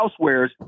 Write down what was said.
housewares